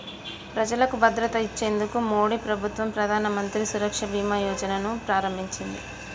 ప్రజలకు భద్రత ఇచ్చేందుకు మోడీ ప్రభుత్వం ప్రధానమంత్రి సురక్ష బీమా యోజన ను ప్రారంభించింది